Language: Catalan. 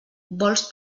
vols